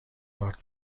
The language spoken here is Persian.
کارت